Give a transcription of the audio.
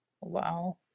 Wow